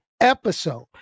episode